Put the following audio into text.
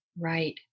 Right